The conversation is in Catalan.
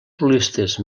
solistes